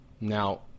Now